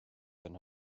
than